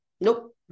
Nope